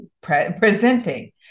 presenting